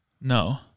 No